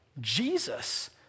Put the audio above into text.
Jesus